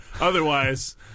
Otherwise